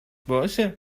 باشه